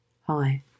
Hi